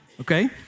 okay